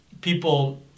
people